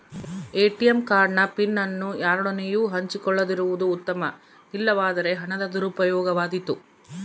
ATM card ನ PIN ಅನ್ನು ಯಾರೊಡನೆಯೂ ಹಂಚಿಕೊಳ್ಳದಿರುವುದು ಉತ್ತಮ, ಇಲ್ಲವಾದರೆ ಹಣದ ದುರುಪಯೋಗವಾದೀತು